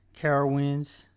Carowinds